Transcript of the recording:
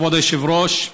כבוד היושב-ראש,